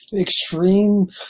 extreme